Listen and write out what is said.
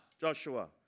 Joshua